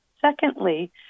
Secondly